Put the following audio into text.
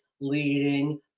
leading